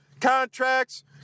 contracts